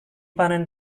panen